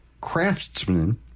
Craftsman